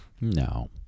No